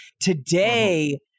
Today